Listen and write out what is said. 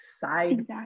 side